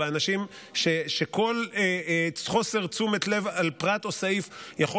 אנשים שכל חוסר תשומת לב לפרט או סעיף יכול